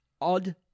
odd